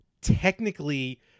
Technically